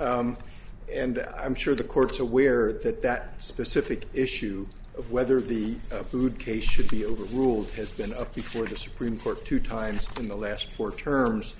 s and i'm sure the court's aware that that specific issue of whether the food case should be overruled has been up before the supreme court two times in the last four terms